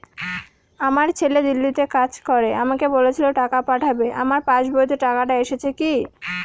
আমার ছেলে দিল্লীতে কাজ করে আমাকে বলেছিল টাকা পাঠাবে আমার পাসবইতে টাকাটা এসেছে কি?